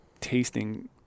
tasting